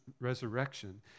resurrection